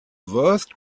worst